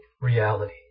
reality